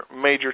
major